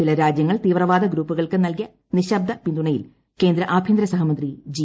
ചില രാജ്യങ്ങൾ തീവ്രവാദ ഗ്രൂപ്പുകൾക്ക് നൽകിയ നിശ്ശബ്ദ പിന്തുണയിൽ കേന്ദ്ര ആഭ്യന്തര സഹമന്ത്രി ജി